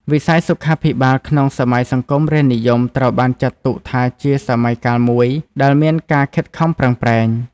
វិស័យសុខាភិបាលក្នុងសម័យសង្គមរាស្រ្តនិយមត្រូវបានចាត់ទុកថាជាសម័យកាលមួយដែលមានការខិតខំប្រឹងប្រែង។